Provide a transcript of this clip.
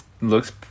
looks